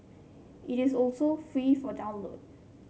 it is also free for download